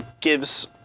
gives